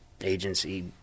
agency